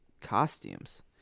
costumes